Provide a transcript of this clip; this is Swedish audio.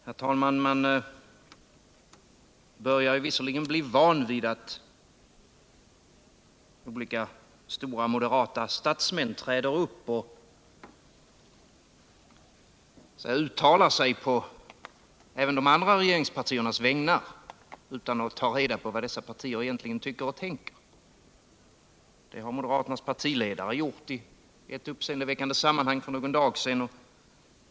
Herr talman! Man börjar visserligen bli van vid att stora moderata statsmän träder upp och uttalar sig på även de andra regeringspartiernas vägnar utan att ta reda på vad dessa partier egentligen tycker och tänker — det har moderaternas partiledare gjort i ett uppseendeväckande sammanhang för någon dag sedan.